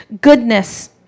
Goodness